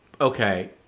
Okay